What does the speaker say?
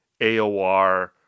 aor